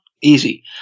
Easy